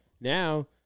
Now